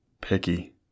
picky